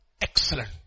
Excellent